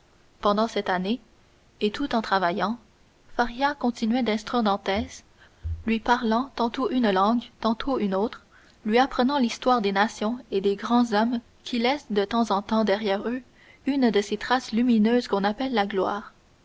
pendant cette année et tout en travaillant faria continuait d'instruire dantès lui parlant tantôt une langue tantôt une autre lui apprenant l'histoire des nations et des grands hommes qui laissent de temps en temps derrière eux une de ces traces lumineuses qu'on appelle la gloire